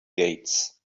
gates